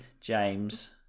james